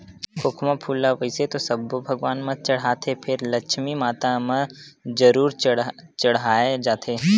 खोखमा फूल ल वइसे तो सब्बो भगवान म चड़हाथे फेर लक्छमी माता म जरूर चड़हाय जाथे